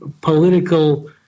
political